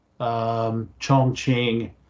Chongqing